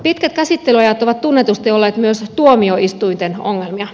pitkät käsittelyajat ovat tunnetusti olleet myös tuomioistuinten ongelmia